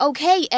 Okay